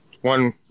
One